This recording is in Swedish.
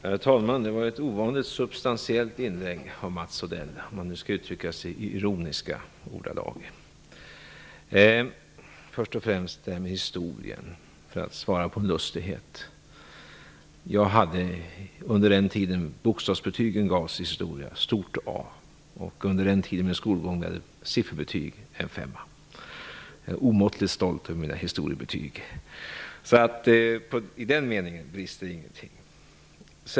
Herr talman! Det var ett ovanligt substantiellt inlägg av Mats Odell, om man nu skall uttrycka sig i ironiska ordalag. För att först och främst svara på en lustighet om detta med historia så hade jag under den tid då bokstavsbetyg gavs i historia A och under den tid av skolgången som jag hade sifferbetyg en femma. Jag är omåttligt stolt över mina historiebetyg, så i den meningen brister det inte.